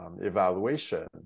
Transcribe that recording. evaluation